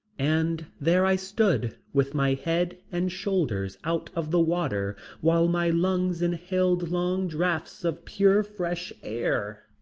and there i stood with my head and shoulders out of the water while my lungs inhaled long draughts of pure fresh air.